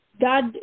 God